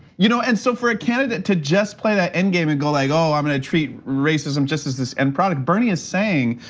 you know and so for a candidate to just play that end game and go like go i'm gonna treat racism just as this and product, bernie is saying,